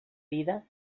vida